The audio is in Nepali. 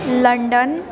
लन्डन